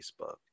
Facebook